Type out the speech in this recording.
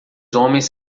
homens